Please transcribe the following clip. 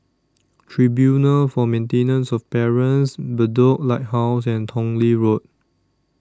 Tribunal For Maintenance of Parents Bedok Lighthouse and Tong Lee Road